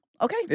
okay